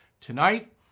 tonight